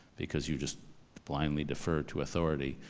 because you just blindly defer to authority.